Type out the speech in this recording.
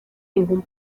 ningún